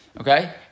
okay